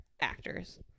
actors